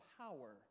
power